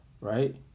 Right